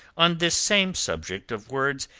on this same subject of words,